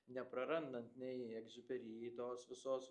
neprarandant nei egziuperi tos visos